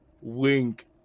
wink